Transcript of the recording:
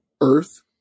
Earth